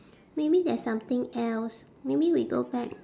maybe there's something else maybe we go back